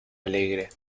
alegre